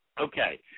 Okay